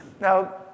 Now